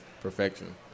perfection